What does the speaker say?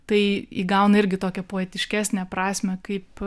tai įgauna irgi tokią poetiškesnę prasmę kaip